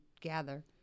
gather